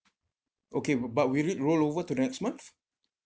okay w~ but will it roll over to the next month